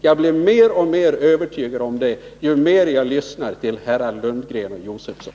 Jag blir mer och mer övertygad om det, ju mer jag lyssnar till herrar Lundgren och Josefson.